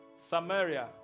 samaria